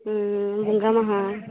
ᱵᱚᱸᱜᱟ ᱢᱟᱦᱟ